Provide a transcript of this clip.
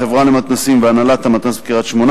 החברה למתנ"סים והנהלת המתנ"ס בקריית-שמונה